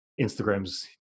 Instagram's